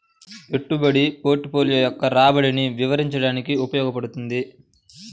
పెట్టుబడి పోర్ట్ఫోలియో యొక్క రాబడిని వివరించడానికి ఉపయోగించబడుతుంది